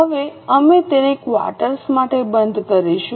હવે અમે તેને ક્વાર્ટર માટે બંધ કરીશું